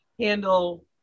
handle